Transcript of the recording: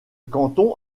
canton